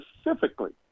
specifically